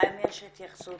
האם יש התייחסות